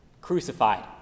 crucified